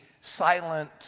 silent